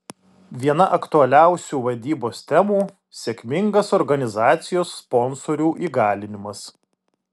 viena aktualiausių vadybos temų sėkmingas organizacijos sponsorių įgalinimas